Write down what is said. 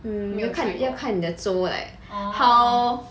mm 要看你的粥 like how